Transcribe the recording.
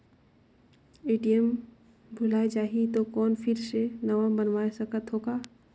ATM भुलाये जाही तो कौन फिर से नवा बनवाय सकत हो का?